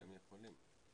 הם יכולים.